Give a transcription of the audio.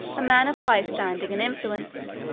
a man of high standing and influence,